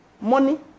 money